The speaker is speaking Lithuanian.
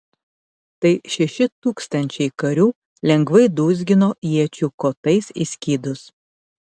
tai šeši tūkstančiai karių lengvai dūzgino iečių kotais į skydus